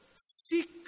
seek